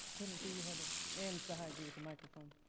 you had a and behind you with the microphone.